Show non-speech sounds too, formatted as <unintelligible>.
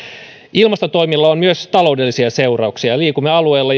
ilmastotoimilla on myös taloudellisia seurauksia liikumme alueella <unintelligible>